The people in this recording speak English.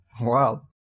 Wow